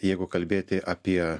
jeigu kalbėti apie